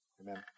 Amen